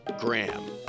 Graham